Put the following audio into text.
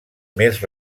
més